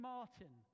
Martin